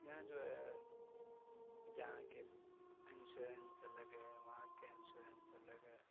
یہاں جو ہے یہاں کے انشورنس الگ ہے وہاں کے انشورنس الگ ہے